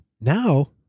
Now